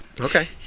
Okay